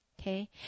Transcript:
okay